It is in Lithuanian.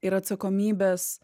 ir atsakomybės